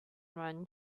run